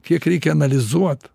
kiek reikia analizuot